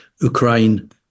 Ukraine